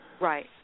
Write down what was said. Right